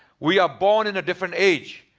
we are born in a different age.